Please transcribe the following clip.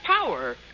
power